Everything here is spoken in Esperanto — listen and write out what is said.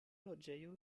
loĝejo